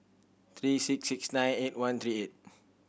three six six nine eight one three eight